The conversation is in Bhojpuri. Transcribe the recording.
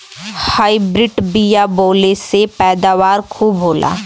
हाइब्रिड बिया बोवले से पैदावार खूब होला